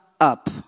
up